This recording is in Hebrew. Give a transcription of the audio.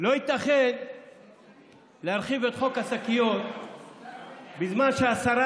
לא ייתכן שיורחב חוק השקיות בזמן שהשרה